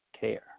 care